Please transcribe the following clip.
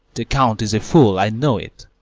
the count's a fool, i know it,